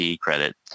credit